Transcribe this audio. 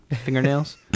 Fingernails